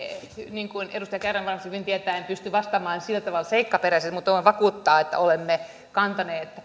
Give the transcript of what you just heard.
niin kuin edustaja kärnä varsin hyvin tietää en pysty vastaamaan sillä tavalla seikkaperäisesti mutta voin vakuuttaa että olemme kantaneet